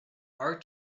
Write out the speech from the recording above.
are